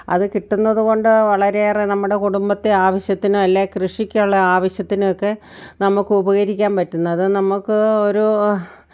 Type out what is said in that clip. അത് കിട്ടുന്നതുകൊണ്ട് വളരെയേറെ നമ്മുടെ കുടുംബത്തെ ആവശ്യത്തിന് അല്ലെങ്കിൽ കൃഷിക്കുള്ള ആവശ്യത്തിനൊക്കെ നമുക്ക് ഉപകരിക്കാൻ പറ്റുന്നതും നമുക്ക് ഒരു